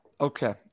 Okay